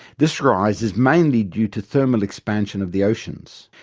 this rise is mainly due to thermal expansion of the oceans,